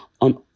on